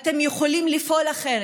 אתם יכולים לפעול אחרת,